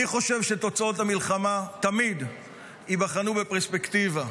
אני חושב שתוצאות המלחמה תמיד ייבחנו בפרספקטיבה.